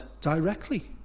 directly